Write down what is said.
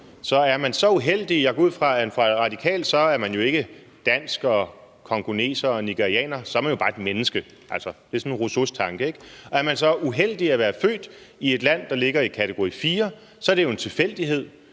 som er forskellige. Jeg går ud fra, at for en radikal er man ikke dansker og congoleser og nigerianer, så er man jo bare et menneske – det er sådan Rousseaus tanke, ikke? – men er man så uheldig at være født i et land, der ligger i kategori 4, er det jo en tilfældighed.